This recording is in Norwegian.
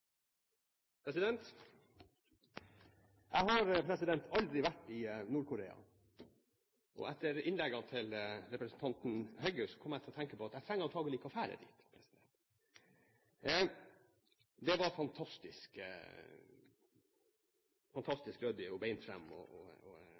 seg. Jeg har aldri vært i Nord-Korea, og etter innlegget til representanten Heggø kom jeg til å tenke på at jeg antakelig ikke trenger å reise dit. Det var fantastisk